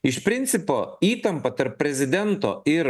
iš principo įtampa tarp prezidento ir